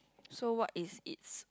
so what is its